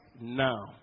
now